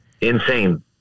insane